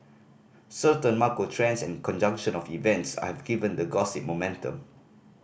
certain macro trends and a conjunction of events have given the gossip momentum